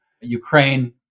Ukraine